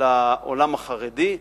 לעולם החרדי,